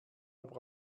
aber